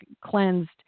cleansed